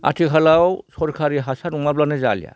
आथिखालाव सरकारि हासार नङाब्लानो जालिया